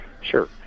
Sure